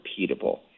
repeatable